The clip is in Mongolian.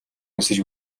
нисэж